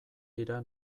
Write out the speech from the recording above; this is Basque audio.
dira